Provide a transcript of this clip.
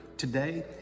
Today